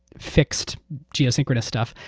fixed geosynchronous stuff.